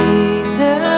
Jesus